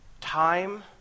time